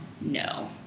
No